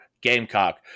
Gamecock